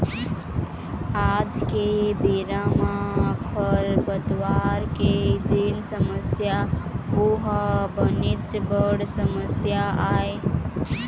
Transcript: आज के बेरा म खरपतवार के जेन समस्या ओहा बनेच बड़ समस्या आय